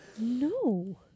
No